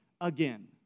again